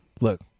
Look